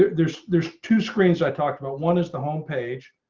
there's, there's two screens, i talked about. one is the homepage,